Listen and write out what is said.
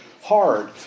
hard